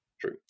True